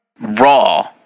Raw